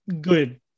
good